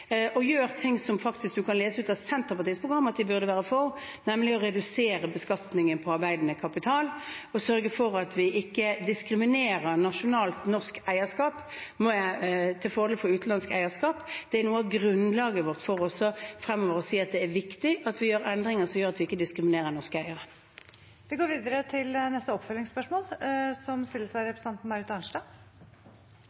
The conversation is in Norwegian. ting som en faktisk kan lese ut av Senterpartiets program at de burde være for, nemlig å redusere beskatningen på arbeidende kapital og sørge for at vi ikke diskriminerer nasjonalt norsk eierskap til fordel for utenlandsk eierskap. Det er noe av grunnlaget vårt for også fremover å si at det er viktig at vi gjør endringer som gjør at vi ikke diskriminerer norske eiere. Marit Arnstad – til oppfølgingsspørsmål. Når Statskog ikke nådde opp i kjøpet av